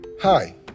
Hi